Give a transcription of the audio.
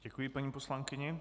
Děkuji paní poslankyni.